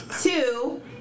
Two